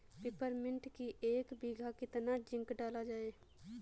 Peppermint की एक बीघा कितना जिंक डाला जाए?